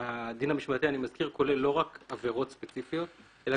אני מזכיר שהדין המשמעתי כולל לא רק עבירות ספציפיות אלא